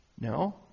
No